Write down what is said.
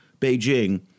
Beijing